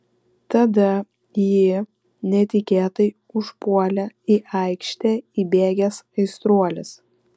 tada jį netikėtai užpuolė į aikštę įbėgęs aistruolis